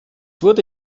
wurde